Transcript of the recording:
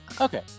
okay